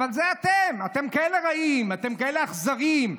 אבל זה אתם, אתם כאלה רעים, אתם כאלה אכזריים.